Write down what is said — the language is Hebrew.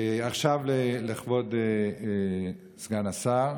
עכשיו, לכבוד סגן השר,